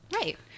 Right